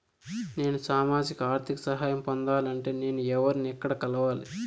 నేను సామాజిక ఆర్థిక సహాయం పొందాలి అంటే నేను ఎవర్ని ఎక్కడ కలవాలి?